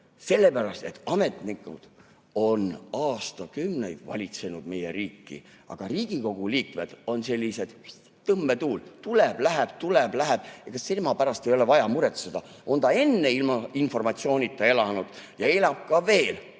Sellepärast, et ametnikud on aastakümneid valitsenud meie riiki, aga Riigikogu liige on selline ... (Vilistab.) ... tõmbetuul: tuleb, läheb, tuleb, läheb. Ega tema pärast ei ole vaja muretseda, on ta enne ilma informatsioonita elanud ja elab veel.